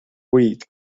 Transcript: wheat